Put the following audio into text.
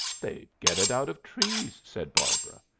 they get it out of trees, said barbara.